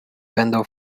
będą